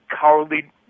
cowardly